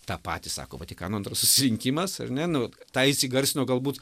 tą patį sako vatikano antras susirinkimas ar ne nu vat tą jis įgarsino galbūt